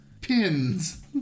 Pins